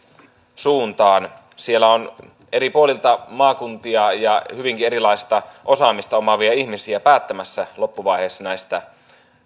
suuntaan siellä on eri puolilta maakuntia tulevia ja hyvinkin erilaista osaamista omaavia ihmisiä päättämässä loppuvaiheessa näistä